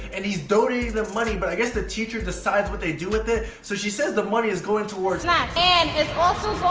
and he's donating the money but i guess the teacher decides what they do with it, so she says the money is going toward zach, and it's awesome